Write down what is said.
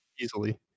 easily